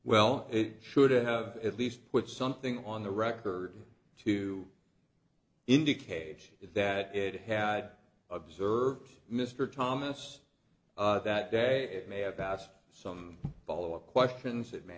well it should have at least put something on the record to indicate that it had observed mr thomas that day it may have asked some follow up questions it may